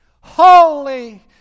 holy